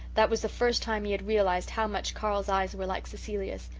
that was the first time he had realised how much carl's eyes were like cecilia's.